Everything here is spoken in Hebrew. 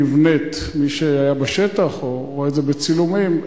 מי שהיה בשטח או רואה את זה בצילומים,